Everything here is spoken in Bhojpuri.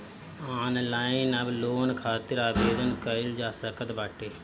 ऑनलाइन अब लोन खातिर आवेदन कईल जा सकत बाटे